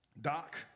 Doc